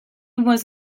was